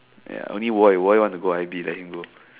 ya only why why you wanna go I_B let him go